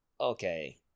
okay